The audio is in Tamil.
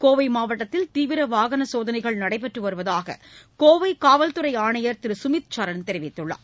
கோவை மாவட்டத்தில் தீவிர வாகன சோதனைகள் நடைபெற்று வருவதாக கோவை காவல்துறை ஆணையர் திரு சுமித் சரண் தெரிவித்துள்ளார்